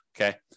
okay